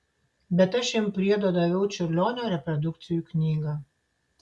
bet aš jam priedo daviau čiurlionio reprodukcijų knygą